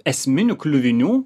esminių kliuvinių